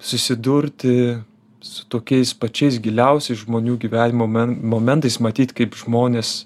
susidurti su tokiais pačiais giliausiais žmonių gyvenimo momentais matyt kaip žmonės